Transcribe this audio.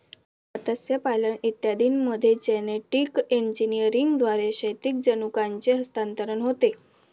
मत्स्यपालन इत्यादींमध्ये जेनेटिक इंजिनिअरिंगद्वारे क्षैतिज जनुकांचे हस्तांतरण होते